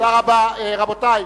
תודה רבה.